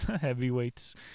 heavyweights